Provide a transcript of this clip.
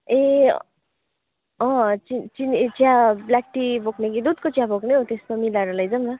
ए अँ चिनी चिनी चिया ब्ल्याक टी बोक्नु कि दुधको चिया बोक्ने हौ त्यस्तो मिलाएर लैजाऔँ न